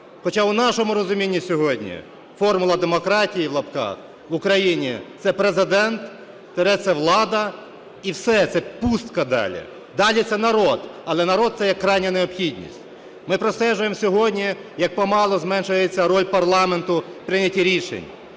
Хоча в нашому розумінні сьогодні "формула демократії" (в лапках) в Україні – це Президент - це влада, і все, це пустка далі. Далі – це народ, але народ, це як крайня необхідність. Ми простежуємо сьогодні, як помалу зменшується роль парламенту в прийнятті рішень,